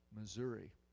Missouri